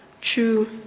True